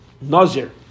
Nazir